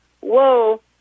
whoa